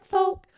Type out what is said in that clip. Folk